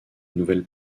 nouvelle